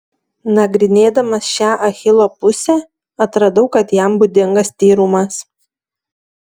nagrinėdama šią achilo pusę atradau kad jam būdingas tyrumas